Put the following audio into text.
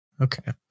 okay